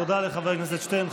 תודה לחבר הכנסת שטרן.